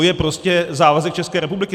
To je prostě závazek České republiky.